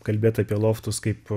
kalbėt apie loftus kaip